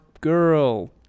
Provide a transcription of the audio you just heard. girl